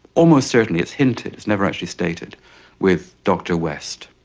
almost certainly it's hinted, it's never actually stated with dr. west